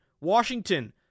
Washington